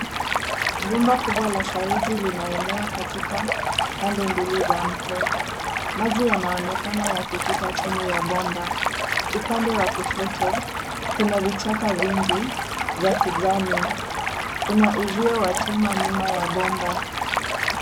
Bomba kubwa la saruji linaenea katika pande mbili za mto. Maji yanaonekana yakipita chini ya bomba. Upande wa kushoto kuna vichaka vingi vya kijani. Kuna uzio wa chuma nyuma ya bomba.